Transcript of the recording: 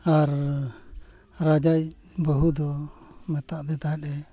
ᱟᱨ ᱨᱟᱡᱟᱭᱤᱡ ᱵᱟᱹᱦᱩ ᱫᱚ ᱢᱮᱛᱟᱫᱮ ᱛᱟᱦᱮᱸᱫ ᱮ